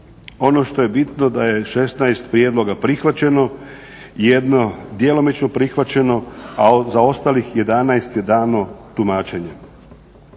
Ono što je bitno da je 16 prijedloga prihvaćeno, 1 djelomično prihvaćeno, a za ostalih 11 je dano tumačenje.